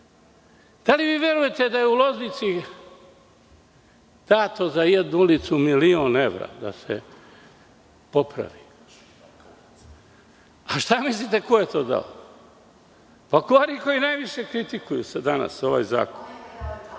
li vi verujete da je u Loznici dato za jednu ulicu milion evra da se popravi? Šta mislite ko je to dao? Oni koji najviše kritikuju danas ovaj